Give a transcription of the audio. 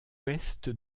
ouest